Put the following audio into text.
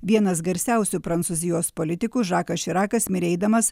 vienas garsiausių prancūzijos politikų žakas širakas mirė eidamas